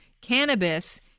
cannabis